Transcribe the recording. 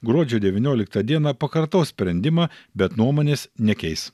gruodžio devynioliktą dieną pakartos sprendimą bet nuomonės nekeis